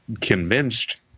convinced